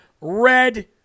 red